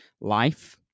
life